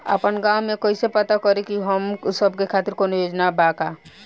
आपन गाँव म कइसे पता करि की हमन सब के खातिर कौनो योजना बा का?